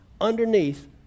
underneath